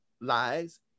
lies